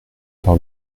par